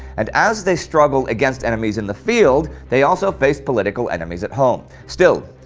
and as they struggled against enemies in the field, they also faced political enemies at home. still,